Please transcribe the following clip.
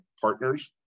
Partners